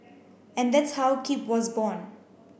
and that's how Keep was born